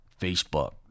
Facebook